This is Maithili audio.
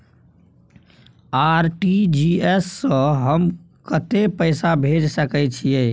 आर.टी.जी एस स हम कत्ते पैसा भेज सकै छीयै?